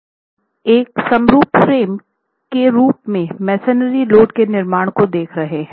हम एक समरूप फ्रेम के रूप मेंमेसनरी लोड के निर्माण को देख रहे हैं